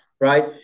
right